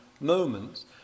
moments